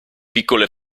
piccole